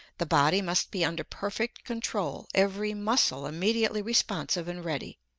the body must be under perfect control every muscle immediately responsive and ready,